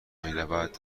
میرود